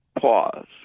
pause